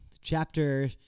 Chapter